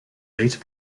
later